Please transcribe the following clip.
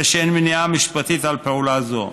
אין מניעה משפטית לפעולה זו.